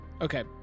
Okay